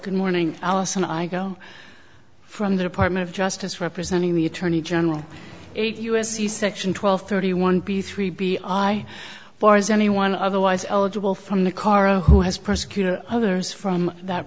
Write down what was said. good morning alison i go from the department of justice representing the attorney general eight u s c section twelve thirty one b three b i far as anyone otherwise eligible from the karo who has prosecutor others from that